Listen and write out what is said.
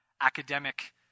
academic